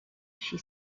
she